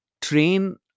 train